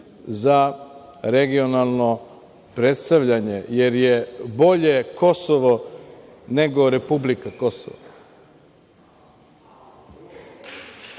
za regionalno predstavljanje, jer je bolje Kosovo nego „republika Kosovo“.Znate